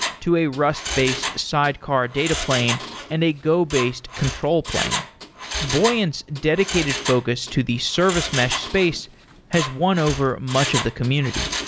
to a rust-based rust-based sidecar data plane and a go based control plane buoyant's dedicated focus to the service mesh space has won over much of the community,